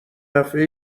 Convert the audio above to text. دفعه